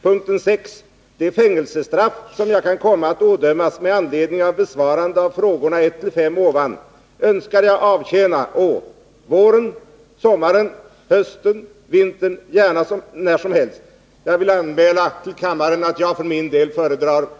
Punkt 6 lyder: ”Det fängelsestraff, som jag kan komma att ådömas med anledning av besvarande av frågorna 1-5 ovan, önskar jag avtjäna å 0 gärna när som helst.” Jag vill till kammaren anmäla att jag för min del föredrar vintern.